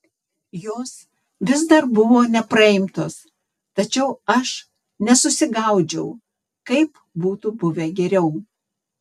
jos vis dar buvo nepraimtos tačiau aš nesusigaudžiau kaip būtų buvę geriau